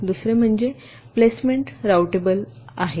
दुसरे म्हणजे placement routable आहे